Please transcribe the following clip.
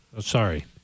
Sorry